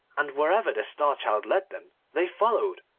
and wherever the star-child led them they followed,